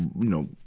you know,